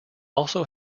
also